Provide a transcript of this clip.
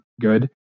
good